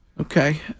Okay